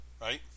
right